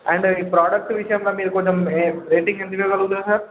and ఈ product విషయంలో మీరు కొంచెం రేటింగ్ ఎందుకు ఇవ్వకూడదు సార్